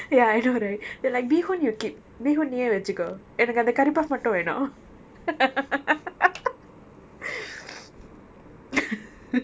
ya I know right they're like bee hoon you keep bee hoon நீயே வெச்சிக்கோ எனக்கு அந்த: neeyae vechiko enakku antha curry puff மட்டும் வேனும்: mattum venum